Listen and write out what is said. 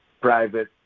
private